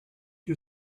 you